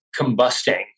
combusting